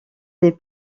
des